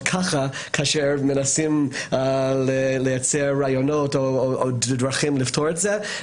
'ככה' כאשר מנסים לייצר רעיונות או דרכים לפתור את זה.